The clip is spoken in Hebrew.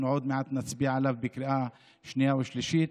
עוד מעט נצביע עליו בקריאה שנייה ושלישית.